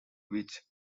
which